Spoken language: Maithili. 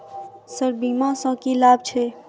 सर बीमा सँ की लाभ छैय?